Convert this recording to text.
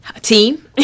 Team